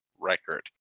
record